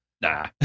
Nah